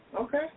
Okay